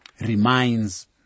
reminds